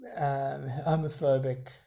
homophobic